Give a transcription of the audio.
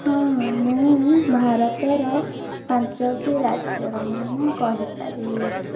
ହଁ ମୁଁ ଭାରତର ପାଞ୍ଚଟି ରାଜ୍ୟର ନାମ କହିପାରିବି